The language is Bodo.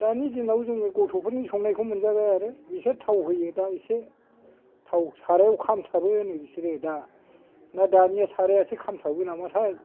दानि दिनाव जोङो गथ'फोरनि संनायखौ मोनजाबाय आरो बिसोर थाव होयो दा एसे थाव साराइयाव खामथाबो होनो बिसोरो दा ना दानिया साराइयासो खामथाबो नामाथाइ